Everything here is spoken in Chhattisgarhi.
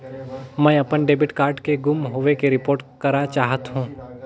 मैं अपन डेबिट कार्ड के गुम होवे के रिपोर्ट करा चाहत हों